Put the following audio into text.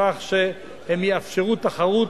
לכך שהם יאפשרו תחרות,